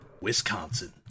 Wisconsin